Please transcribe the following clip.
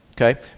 Okay